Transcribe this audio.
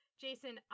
Jason